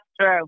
true